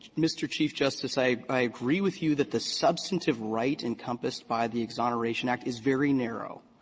mr. chief justice, i i agree with you that the substantive right encompassed by the exoneration act is very narrow,